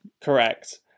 Correct